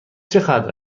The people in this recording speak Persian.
چقدر